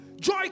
Joy